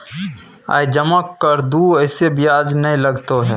आय जमा कर दू ऐसे ब्याज ने लगतै है?